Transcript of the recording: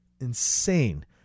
Insane